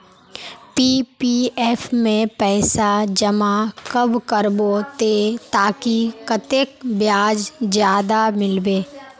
PPF में पैसा जमा कब करबो ते ताकि कतेक ब्याज ज्यादा मिलबे?